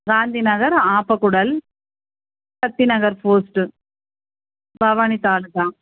Gandhi Nagar Appakudal Nagar post Bhavani